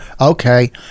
Okay